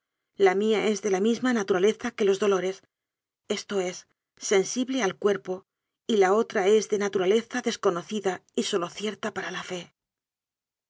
la mía es de la misma natura leza que los dolores esto es sensible al cuerpo y la otra es de naturaleza desconocida y sólo cierta para la fe